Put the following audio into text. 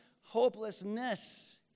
hopelessness